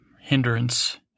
hindrance